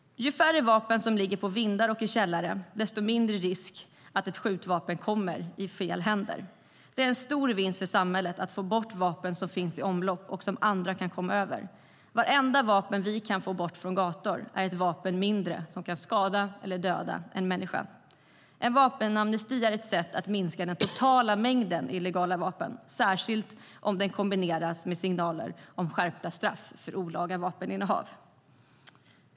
Ju färre vapen som ligger på vindar och i källare, desto mindre risk är det att ett skjutvapen kommer i fel händer. Det är en stor vinst för samhället att få bort vapen som finns i omlopp och som andra kan komma över. Vartenda vapen som vi kan få bort från gatorna är ett vapen mindre som kan skada eller döda en människa. En vapenamnesti är ett sätt att minska den totala mängden illegala vapen, särskilt om den kombineras med signaler om skärpta straff för olaga vapeninnehav.